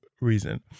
reason